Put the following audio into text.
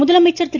முதலமைச்சர் திரு